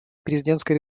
президентской